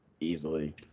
easily